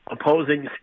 opposing